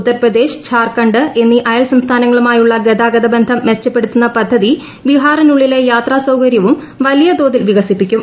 ഉത്തർപ്രദേശ് ജാർഖണ്ഡ് എന്നീ അയൽ സംസ്ഥാനങ്ങളുമായുള്ള ഗതാഗത ബന്ധം മെച്ചപ്പെടുത്തുന്ന പദ്ധതി ബിഹാറിനുള്ളിലെ യാത്രാ സൌകര്യവും വലിയ തോതിൽ വികസിപ്പിക്കും